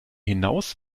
hinaus